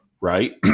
right